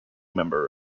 member